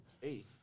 Hey